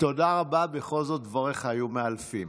תודה רבה בכל זאת, דבריך היו מאלפים.